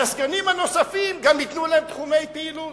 הסגנים הנוספים, ייתנו להם תחומי פעילות.